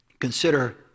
consider